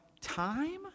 time